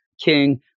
king